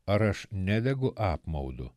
ar aš nedegu apmaudu